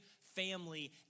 family